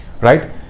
right